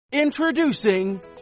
Introducing